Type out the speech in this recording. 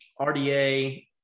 RDA